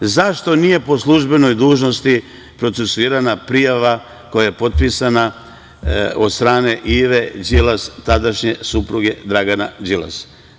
Zašto nije po službenoj dužnosti procesuirana prijava koja je potpisana od strane Ive Đilas, tadašnje supruge Dragana Đilasa?